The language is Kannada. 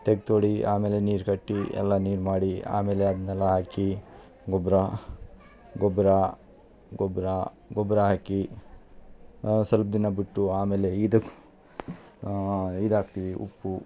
ತೆಗ್ಗು ತೋಡಿ ಆಮೇಲೆ ನೀರು ಕಟ್ಟಿ ಎಲ್ಲ ನೀರು ಮಾಡಿ ಆಮೇಲೆ ಅದನೆಲ್ಲಾ ಹಾಕಿ ಗೊಬ್ಬರ ಗೊಬ್ಬರ ಗೊಬ್ಬರ ಗೊಬ್ಬರ ಹಾಕಿ ಸ್ವಲ್ಪ್ ದಿನ ಬಿಟ್ಟು ಆಮೇಲೆ ಇದು ಇದು ಹಾಕ್ತೀವಿ ಉಪ್ಪು